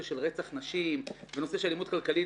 של רצח נשים ונושא של אלימות כלכלית,